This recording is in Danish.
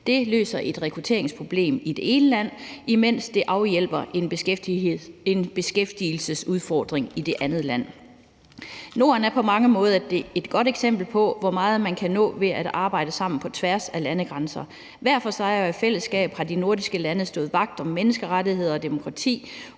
Det løser et rekrutteringsproblem i det ene land, imens det afhjælper en beskæftigelsesudfordring i det andet land. Norden er på mange måder et godt eksempel på, hvor meget man kan nå ved at arbejde sammen på tværs af landegrænser. Hver for sig og i fællesskab har de nordiske lande stået vagt om menneskerettigheder og demokrati,